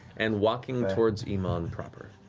and walking towards emon proper.